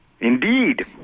Indeed